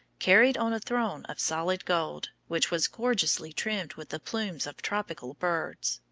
carried on a throne of solid gold, which was gorgeously trimmed with the plumes of tropical birds.